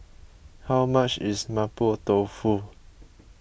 how much is Mapo Tofu